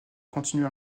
continué